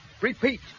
Repeat